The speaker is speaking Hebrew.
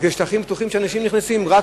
ואלה שטחים פתוחים שאנשים נכנסים אליהם.